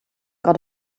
got